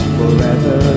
forever